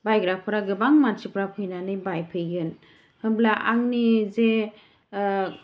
बायग्राफोरा गोबां मानसिफोरा फैनानै बायफैगोन होनब्ला आंनि जे